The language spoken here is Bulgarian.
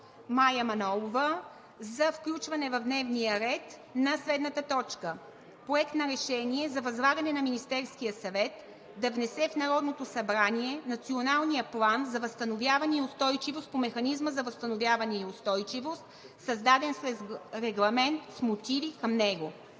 Мая Манолова за включване в дневния ред на следната точка: Проект на решение за възлагане на Министерския съвет да внесе в Народното събрание Националния план за възстановяване и устойчивост по механизма за възстановяване и устойчивост, създаден с регламент, с мотиви към него.